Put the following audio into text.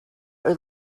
are